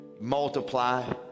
multiply